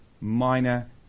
minor